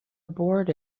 abort